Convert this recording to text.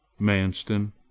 Manston